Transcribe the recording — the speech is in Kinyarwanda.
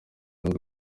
zunze